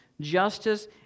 justice